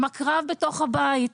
עם הקרב בתוך הבית.